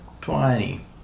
Twenty